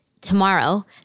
tomorrow